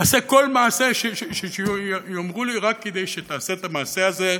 אעשה כל מעשה שיאמרו לי רק כדי שתעשה את המעשה הזה,